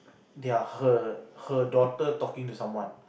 their her her daughter talking to someone